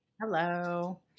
Hello